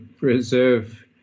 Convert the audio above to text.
reserve